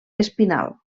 espinal